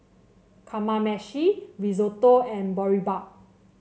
Kamameshi Risotto and Boribap